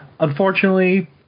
Unfortunately